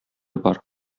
бар